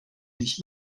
nicht